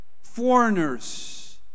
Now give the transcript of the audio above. foreigners